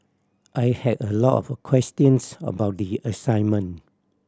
I had a lot of questions about the assignment